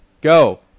Go